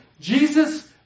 Jesus